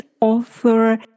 author